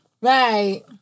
Right